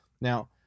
Now